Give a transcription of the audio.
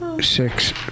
six